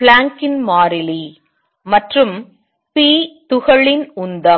பிளாங்கின் மாறிலி Planck's constant மற்றும் p துகளின் உந்தம்